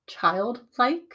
Childlike